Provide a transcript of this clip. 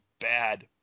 bad